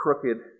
crooked